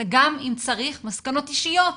אלא גם אם צריך מסקנות אישיות,